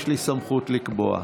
יש לי סמכות לקבוע.